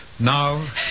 Now